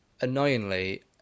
Annoyingly